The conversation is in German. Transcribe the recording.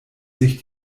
sich